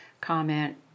comment